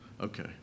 Okay